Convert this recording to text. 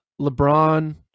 LeBron